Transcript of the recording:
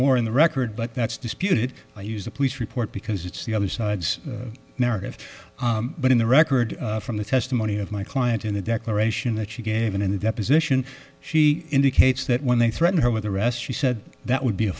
more in the record but that's disputed i use the police report because it's the other side's narrative but in the record from the testimony of my client in the declaration that she gave in the deposition she indicates that when they threatened her with the rest she said that would be a